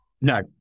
No